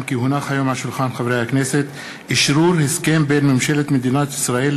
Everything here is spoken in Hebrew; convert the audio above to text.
16 חברי כנסת בעד, אין מתנגדים, אין נמנעים.